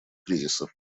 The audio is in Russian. кризиса